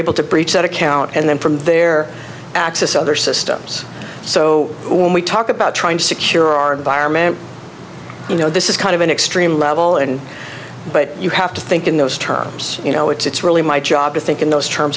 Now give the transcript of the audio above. able to breach that account and then from there access other systems so when we talk about trying to secure our environment you know this is kind of an extreme level and but you have to think in those terms you know it's really my job to think in those terms